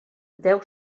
deu